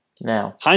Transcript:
now